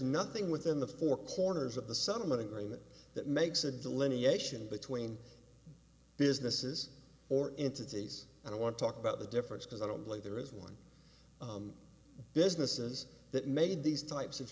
nothing within the four corners of the settlement agreement that makes a delineation between businesses or into these i don't want to talk about the difference because i don't believe there is one businesses that made these types of